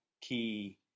key